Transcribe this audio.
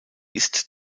ist